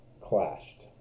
clashed